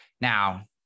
Now